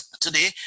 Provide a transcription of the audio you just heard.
today